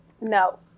No